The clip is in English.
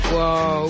Whoa